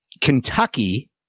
Kentucky